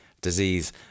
disease